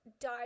died